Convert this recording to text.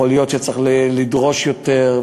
יכול להיות שצריך לדרוש יותר,